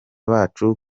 bacu